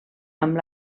amb